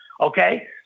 okay